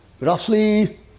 Roughly